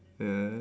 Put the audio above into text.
ya